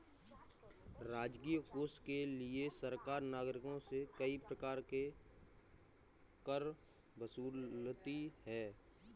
राजकीय कोष के लिए सरकार नागरिकों से कई प्रकार के कर वसूलती है